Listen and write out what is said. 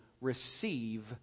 Receive